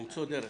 ולמצוא דרך